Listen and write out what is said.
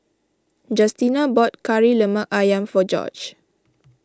Justina bought Kari Lemak Ayam for Gorge